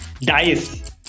Dice